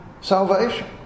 salvation